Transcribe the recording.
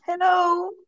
hello